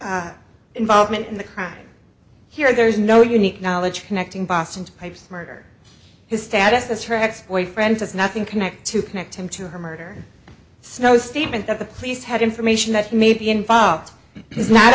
s involvement in the crime here there is no unique knowledge connecting boston to pipes murder his status as her ex boyfriend has nothing connect to connect him to her murder snow statement that the police had information that may be involved